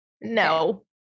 no